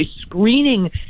screening